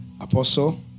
Apostle